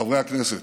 חברי הכנסת,